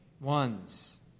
ones